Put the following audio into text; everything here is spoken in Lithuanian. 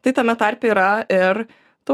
tai tame tarpe yra ir tauragė